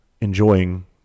enjoying